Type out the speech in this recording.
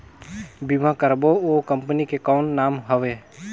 बीमा करबो ओ कंपनी के कौन नाम हवे?